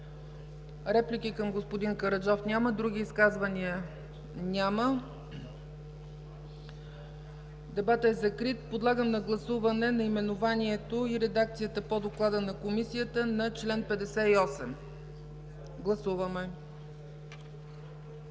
Реплики към господин Караджов? Няма. Други изказвания? Няма. Дебатът е закрит. Подлагам на гласуване наименованието и редакцията по доклада на Комисията на чл. 58. Гласуваме